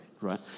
right